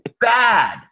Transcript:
Bad